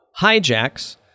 hijacks